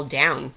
down